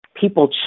people